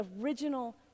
original